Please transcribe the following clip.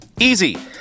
Easy